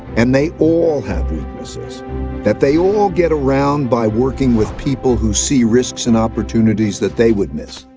and they all have weaknesses that they all get around by working with people who see risks and opportunities that they would miss.